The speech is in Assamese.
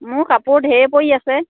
মোৰ কাপোৰ ঢেৰ পৰি আছে